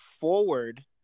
forward